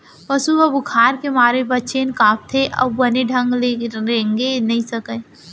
पसु ह बुखार के मारे बनेच कांपथे अउ बने ढंग ले रेंगे नइ सकय